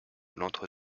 l’entre